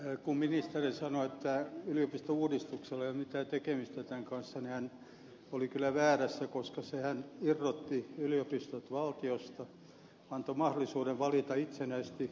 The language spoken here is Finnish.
kun ministeri sanoi että yliopistouudistuksella ei ole mitään tekemistä tämän kanssa niin hän oli kyllä väärässä koska sehän irrotti yliopistot valtiosta antoi niille mahdollisuuden valita itsenäisesti johtokunnan